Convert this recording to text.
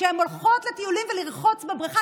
וכשהן הולכות לטיולים ולרחוץ בבריכה,